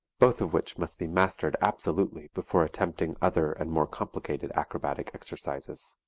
both of which must be mastered absolutely before attempting other and more complicated acrobatic exercises.